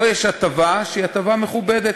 פה יש הטבה שהיא הטבה מכובדת,